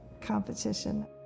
competition